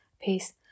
Peace